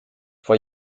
vor